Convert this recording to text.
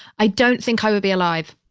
i don't think i would be alive.